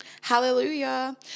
Hallelujah